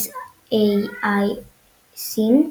SAIC,